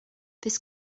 this